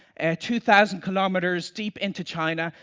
at two thousand kilometers deep into china,